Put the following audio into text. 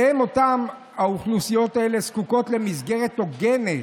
שהן אותן אוכלוסיות שזקוקות "למסגרת הוגנת